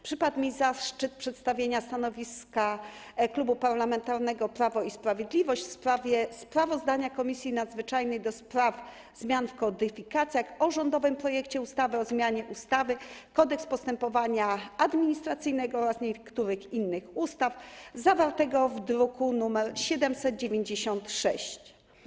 Przypadł mi zaszczyt przedstawienia stanowiska Klubu Parlamentarnego Prawo i Sprawiedliwość w sprawie sprawozdania Komisji Nadzwyczajnej do spraw zmian w kodyfikacjach o rządowym projekcie ustawy o zmianie ustawy - Kodeks postępowania administracyjnego oraz niektórych innych ustaw, zawartego w druku nr 796.